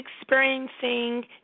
experiencing